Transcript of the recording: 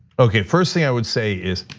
okay, first thing i would say is,